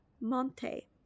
Monte